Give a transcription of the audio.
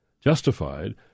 justified